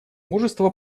мужество